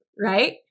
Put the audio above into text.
right